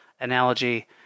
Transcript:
analogy